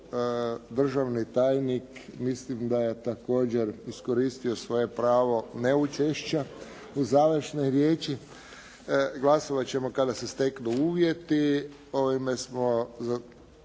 Državni tajnik mislim da je također iskoristio svoje pravo neučešća u završnoj riječi. Glasovati ćemo kada se steknu uvjeti.